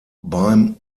beim